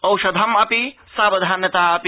औषधम् अपि सावधानता अपि